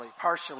partially